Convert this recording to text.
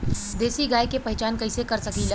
देशी गाय के पहचान कइसे कर सकीला?